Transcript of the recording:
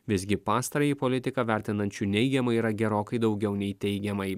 visgi pastarąjį politiką vertinančių neigiamai yra gerokai daugiau nei teigiamai